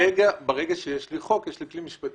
אבל ברגע שיש לי חוק יש לי כלי משפטי